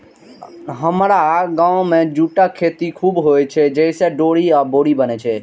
हमरा गाम मे जूटक खेती खूब होइ छै, जइसे डोरी आ बोरी बनै छै